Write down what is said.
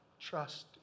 Trust